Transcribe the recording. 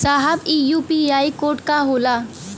साहब इ UPI code का होला?